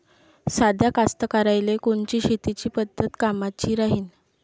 साध्या कास्तकाराइले कोनची शेतीची पद्धत कामाची राहीन?